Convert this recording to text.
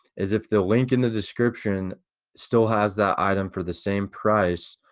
is if the link in the description still has that item for the same price,